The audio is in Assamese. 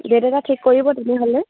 ডেট এটা ঠিক কৰিব তেনেহ'লে